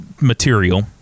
material